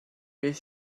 beth